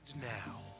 Now